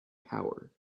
power